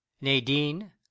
nadine